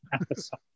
episode